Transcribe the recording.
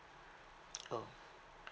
oh